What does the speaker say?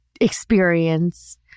experience